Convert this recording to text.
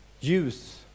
use